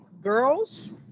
girls